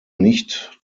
nicht